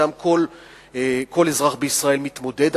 שאתם כל אזרח בישראל מתמודד,